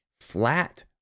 flat